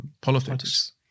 Politics